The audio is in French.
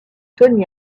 tommy